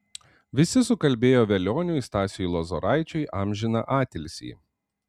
visi sukalbėjo velioniui stasiui lozoraičiui amžiną atilsį